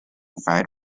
fried